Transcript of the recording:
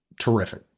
terrific